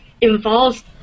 involves